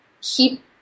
keep